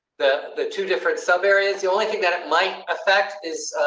the the two different sub areas. the only thing that it might affect is,